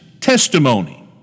testimony